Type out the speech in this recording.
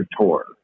tour